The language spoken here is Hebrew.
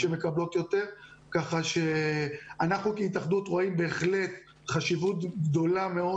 אנחנו כהתאחדות רואים בהחלט חשיבות גדולה מאוד